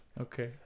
Okay